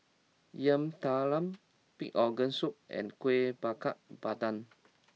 Yam Talam Pig'S Organ Soup and Kueh Bakar Pandan